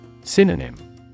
Synonym